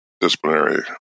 disciplinary